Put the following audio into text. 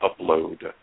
upload